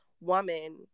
woman